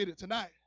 Tonight